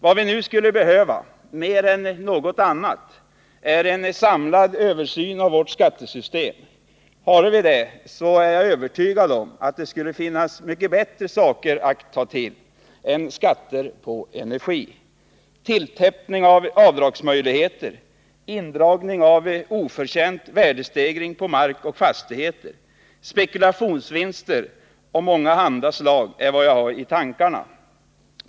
Vad vi nu skulle behöva mer än något annat är en samlad översyn av vårt skattesystem. Hade vi det är jag övertygad om att det skulle finnas mycket bättre åtgärder att ta till än att lägga skatter på energin. Tilltäppning av avdragsmöjligheter, indragning av ofö jänt värdestegrirg på mark och fastigheter samt spekulationsvinster av mångahanda slag är vad jag har i tankarna.